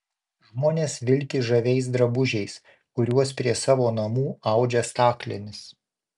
žmonės vilki žaviais drabužiais kuriuos prie savo namų audžia staklėmis